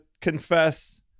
confess